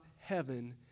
heaven